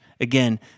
Again